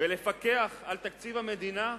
ולפקח על תקציב המדינה?